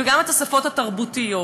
וגם את השפות התרבותיות.